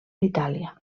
itàlia